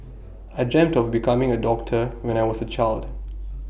I dreamt of becoming A doctor when I was A child